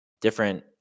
different